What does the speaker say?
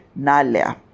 Nalia